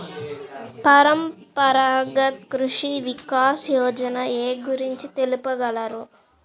పరంపరాగత్ కృషి వికాస్ యోజన ఏ గురించి తెలుపగలరు?